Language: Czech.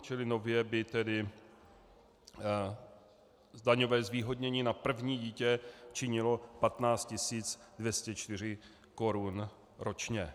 Čili nově by tedy daňové zvýhodnění na první dítě činilo 15 204 korun ročně.